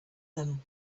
them